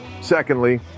Secondly